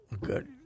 Good